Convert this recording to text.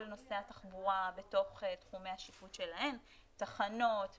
נושא התחבורה בתוך תחומי השיפוט שלהן: תחנות,